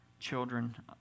children